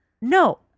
No